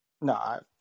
No